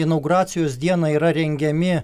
inauguracijos dieną yra rengiami